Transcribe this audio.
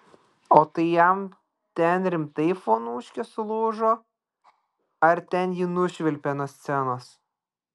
o tai jam ten rimtai fonuškė sulūžo ar ten jį nušvilpė nuo scenos